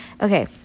Okay